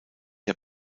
der